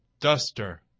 duster